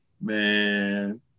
man